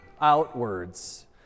outwards